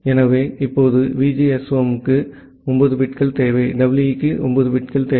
எனவே இப்போது VGSOM க்கு 9 பிட்கள் தேவை EE க்கு 9 பிட்கள் தேவை